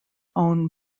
own